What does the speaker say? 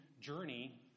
journey